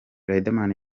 riderman